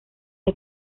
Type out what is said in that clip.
que